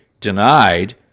denied